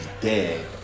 dead